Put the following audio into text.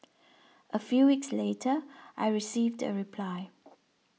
a few weeks later I received a reply